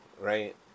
right